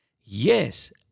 Yes